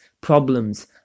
problems